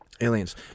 Aliens